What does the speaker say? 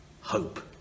hope